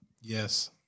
Yes